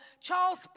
Charles